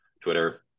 Twitter